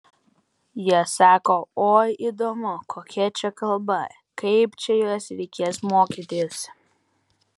jie sako oi įdomu kokia čia kalba kaip čia jos reikės mokytis